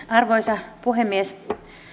arvoisa puhemies